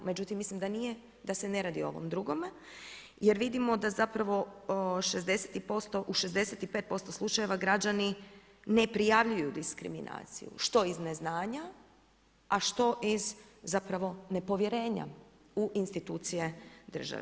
Međutim, mislim da nije da se ne radi o ovom drugome jer vidimo da zapravo u 65% slučajeva građani ne prijavljuju diskriminaciju, što iz neznanja, a što iz zapravo nepovjerenja u institucije države.